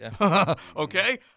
okay